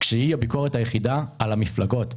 שהיא הביקורת היחידה על המפלגות.